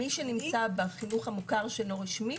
מי שנמצא בחינוך המוכר שאינו רשמי